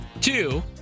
Two